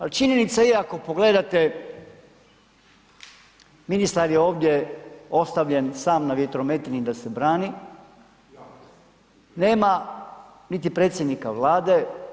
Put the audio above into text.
Ali činjenica je ako pogledate ministar je ovdje ostavljen sam na vjetrometini da se brani, nema niti predsjednika Vlade.